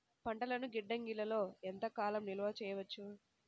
పంటలను గిడ్డంగిలలో ఎంత కాలం నిలవ చెయ్యవచ్చు?